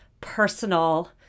personal